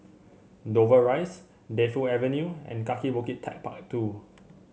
Dover Rise Defu Avenue and Kaki Bukit TechparK Two